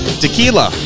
tequila